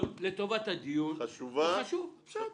לטובת הדיון חשוב, בסדר.